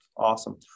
Awesome